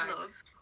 love